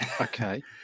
Okay